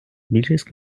більшість